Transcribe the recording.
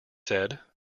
said